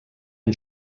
han